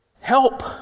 Help